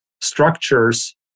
structures